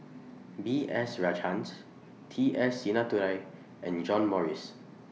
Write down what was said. B S Rajhans T S Sinnathuray and John Morrice